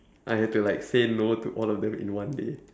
I had to like say no to all of them in one day